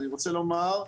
אני רוצה לומר,